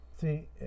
See